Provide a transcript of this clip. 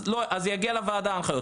אז ההנחיות יגיעו לוועדה.